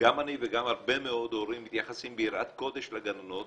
גם אני וגם הרבה מאוד הורים מתייחסים ביראת קודש לגננות